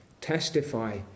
testify